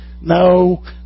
No